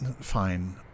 Fine